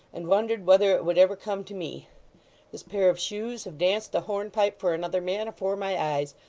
and wondered whether it would ever come to me this pair of shoes have danced a hornpipe for another man, afore my eyes,